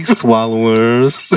swallowers